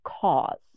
cause